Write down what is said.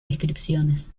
descripciones